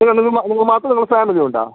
നിങ്ങൾ നിങ്ങൾ മാത്രം നിങ്ങളെ ഫാമിലിയും ഉണ്ടോ